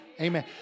Amen